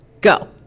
go